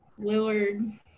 Lillard